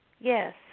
Yes